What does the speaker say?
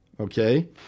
Okay